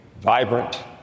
vibrant